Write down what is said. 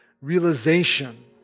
realization